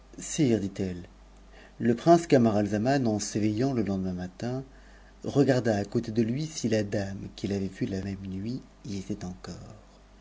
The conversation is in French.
le prince camaralzaman eu s'éveillant le lendemaitmmtin regarda à côté de lui si la dame qu'il avait vue la même nuit y était encore